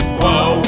whoa